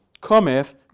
cometh